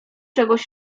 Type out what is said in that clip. czegoś